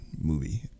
movie